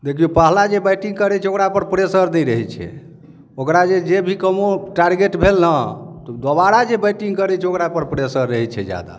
देखियौ पहला जे बैटिंग करै छै ओकरा पर प्रेसर नहि रहै छै ओकरा जे जे भी कमो टार्गेट भेल ने तऽ दोबारा जे बैटिंग करै छै ओकरा पर प्रेसर रहै छै जादा